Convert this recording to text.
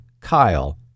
Kyle